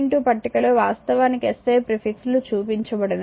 2 పట్టికలో వాస్తవానికి SI prefix లు చూపించబడినవి